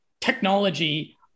technology